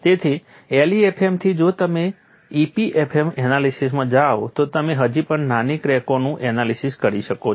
તેથી LEFM થી જો તમે EPFM એનાલિસીસમાં જાઓ છો તો તમે હજી પણ નાની ક્રેકોનું એનાલિસીસ કરી શકો છો